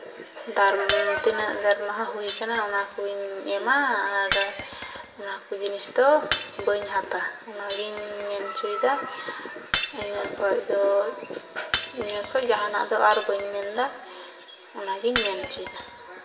ᱛᱤᱱᱟᱹᱜ ᱦᱩᱭ ᱠᱟᱱᱟ ᱚᱱᱟ ᱠᱚᱧ ᱮᱢᱟ ᱟᱨ ᱚᱱᱟ ᱠᱚ ᱡᱤᱱᱤᱥ ᱫᱚ ᱵᱟᱹᱧ ᱦᱟᱛᱟᱣᱼᱟ ᱚᱱᱟᱜᱤᱧ ᱢᱮᱱ ᱦᱚᱪᱚᱭᱮᱫᱟ ᱤᱱᱟᱹ ᱠᱷᱚᱱ ᱫᱚ ᱱᱤᱭᱟᱹ ᱠᱷᱚᱱ ᱟᱨ ᱡᱟᱦᱟᱱᱟᱜ ᱫᱚ ᱵᱟᱹᱧ ᱢᱮᱱᱫᱟ ᱚᱱᱟᱜᱤᱧ ᱢᱮᱱ ᱦᱚᱪᱚᱭᱮᱫᱟ